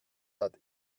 hat